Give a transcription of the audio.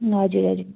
हजुर हजुर